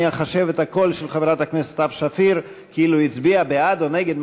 אני אחשב את הקול של חברת הכנסת סתיו שפיר כאילו היא הצביעה בעד או נגד,